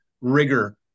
rigor